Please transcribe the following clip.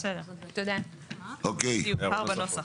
בסדר, תודה זה יובהר בנוסח.